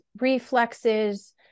reflexes